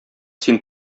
син